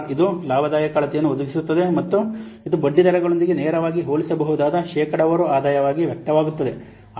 R ಇದು ಲಾಭದಾಯಕ ಅಳತೆಯನ್ನು ಒದಗಿಸುತ್ತದೆ ಮತ್ತು ಇದು ಬಡ್ಡಿದರಗಳೊಂದಿಗೆ ನೇರವಾಗಿ ಹೋಲಿಸಬಹುದಾದ ಶೇಕಡಾವಾರು ಆದಾಯವಾಗಿ ವ್ಯಕ್ತವಾಗುತ್ತದೆ